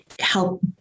help